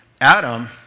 Adam